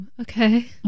Okay